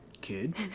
kid